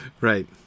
Right